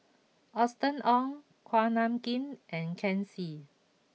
Austen Ong Kuak Nam Jin and Ken Seet